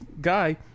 guy